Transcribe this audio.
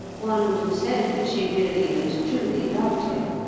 one would have said that she really and truly loved him,